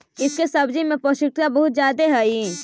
इसके सब्जी में पौष्टिकता बहुत ज्यादे हई